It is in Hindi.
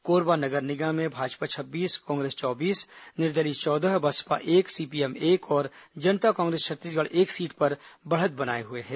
कोरबा नगर निगम में भाजपा छब्बीस कांग्रेस चौबीस निर्दलीय चौदह बसपा एक सीपीएम एक और जनता कांग्रेस छत्तीसगढ़ एक सीट पर बढ़त बनाए हुए हैं